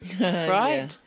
right